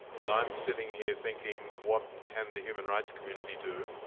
and i'm sitting here thinking, what can the human rights community do?